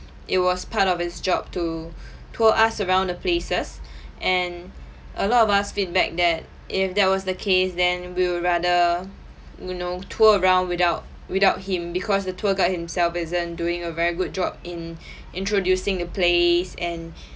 it was part of his job to tour us around the places and a lot of us feedback that if that was the case then we will rather you know tour around without without him because the tour guide himself isn't doing a very good job in introducing the place and